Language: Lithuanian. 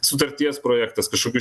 sutarties projektas kažkokių